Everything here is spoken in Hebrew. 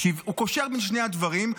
הוא קושר בין שני הדברים.